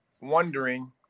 wondering